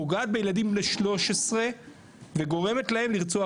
פוגעת בילדים בני 13 וגורמת להם לרצוח